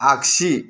आख्सि